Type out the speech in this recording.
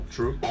True